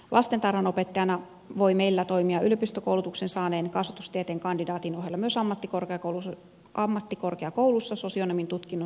lastentarhanopettajana voi meillä toimia yliopistokoulutuksen saaneen kasvatustieteen kandidaatin ohella myös ammattikorkeakoulussa sosionomin tutkinnon suorittanut